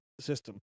system